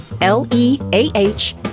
L-E-A-H